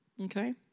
Okay